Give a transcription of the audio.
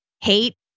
hate